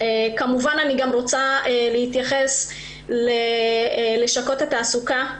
אני רוצה כמובן להתייחס גם ללשכות התעסוקה.